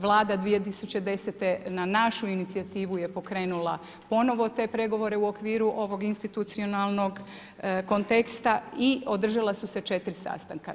Vlada 2010. na našu inicijativu je pokrenula ponovno te pregovore u okviru ovog institucionalnog konteksta i održala su se 4 sastanka.